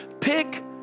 pick